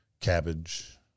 cabbage